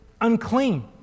unclean